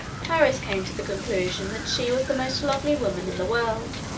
paris came to the conclusion that she was the most lovely woman in the world,